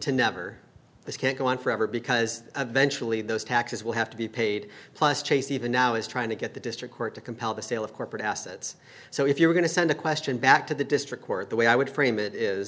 to never this can't go on forever because eventual of those taxes will have to be paid plus chase even now is trying to get the district court to compel the sale of corporate assets so if you're going to send a question back to the district court the way i would frame it is